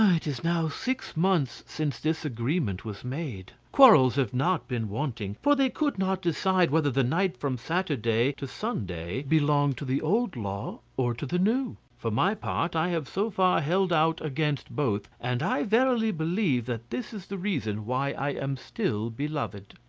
it is now six months since this agreement was made. quarrels have not been wanting, for they could not decide whether the night from saturday to sunday belonged to the old law or to the new. for my part, i have so far held out against both, and i verily believe that this is the reason why i am still beloved.